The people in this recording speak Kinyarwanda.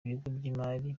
by’imari